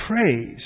praise